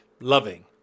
loving